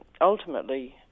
ultimately